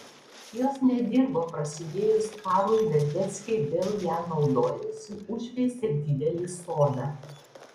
jos nedirbo prasidėjus karui vedeckiai vėl ja naudojosi užveisė didelį sodą